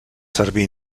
servir